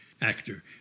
actor